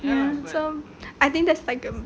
ya so I think that's like a